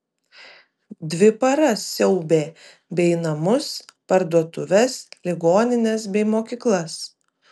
dvi paras siaubė bei namus parduotuves ligonines bei mokyklas